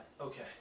Okay